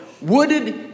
wooded